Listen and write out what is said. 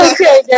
Okay